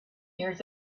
years